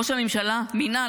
ראש הממשלה מינה,